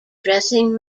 dressing